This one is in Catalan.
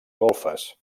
golfes